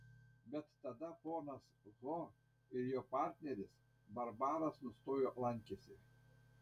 bet tada ponas ho ir jo partneris barbaras nustojo lankęsi